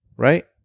Right